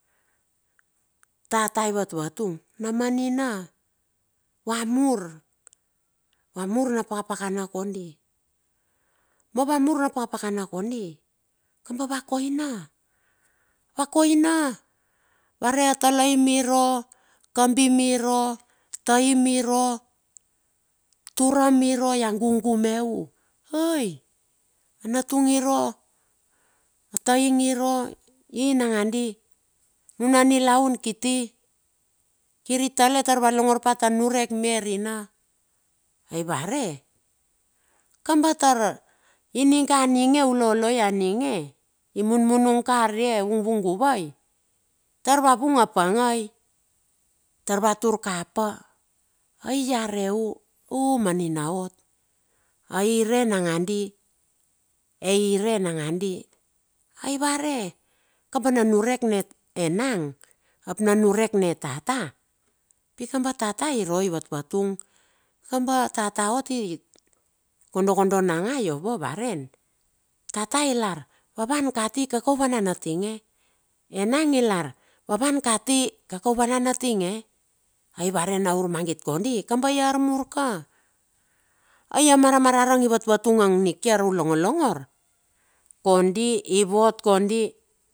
Tata i vatvatung na manina va mur, va mur na pakapakana kondi. Ma va mur na pakapakana kondi kamba va koina, va koina. Va re a talaim iro, kambim iro, taim iro turam iro, ia gugu me u. Ai anatung iro, a taing iro, inagandi, nuna nilaun kiti, kir i tale tar va longor pa ta niurek mie rina. Ai va re, kambatar ininga ninge uloloi aninge, i munmunung ka arie vungvunguvai, tar va vung a pangai, tar va tur kapa, ai ya re u. U manina ot, ai re nangandi, ai re nangandi. Ai va re kamba na niurek ne enang, ap na niurek ne tata, pikamba tata iro i vatvatung. Kamba tata ot ikondokondo na nga iova va ren. Tata i lar, va wan kati i kaka u vanan a tinge. Enang i lar, va wan kati kaka u vanan atinge. Ai va re na urmagit kondi, kamba i armur ka. Ai a mar- mararang i vatvatung nikiar u longologor kondi i vot kondi.